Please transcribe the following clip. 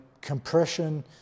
compression